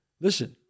Listen